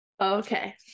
okay